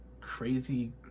crazy